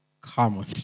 common